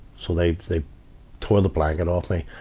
so they, they tore the blanket off me,